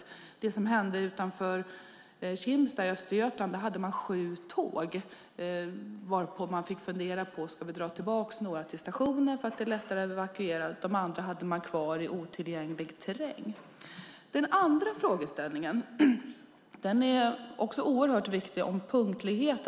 Vid det som hände utanför Kimstad i Östergötland hade man sju tåg, varvid man fick fundera på om man skulle dra tillbaka några till stationen för att göra det lättare att evakuera. De andra hade man kvar i otillgänglig terräng. Frågeställningen om punktligheten är också oerhört viktig.